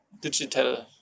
digital